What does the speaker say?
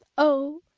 oh!